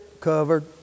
Covered